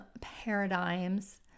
paradigms